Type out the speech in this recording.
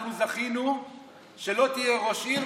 אנחנו זכינו שלא תהיה ראש עיר,